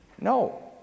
no